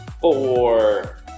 four